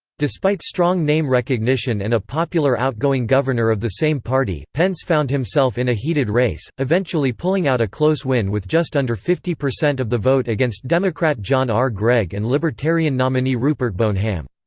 despite strong name recognition and a popular outgoing governor of the same party, pence found himself in a heated race, eventually pulling out a close win with just under fifty percent of the vote against democrat john r. gregg and libertarian nominee rupert boneham.